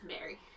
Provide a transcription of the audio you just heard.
Mary